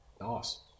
nice